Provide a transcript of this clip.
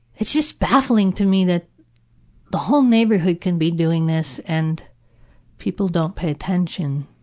it's just baffling to me that the whole neighborhood can be doing this and people don't pay attention.